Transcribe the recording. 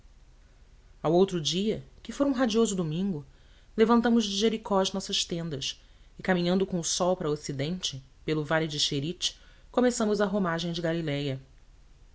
ao outro dia que fora um radioso domingo levantamos de jericó as nossas tendas e caminhando com o sol para ocidente pelo vale de querite começamos a romagem de galiléia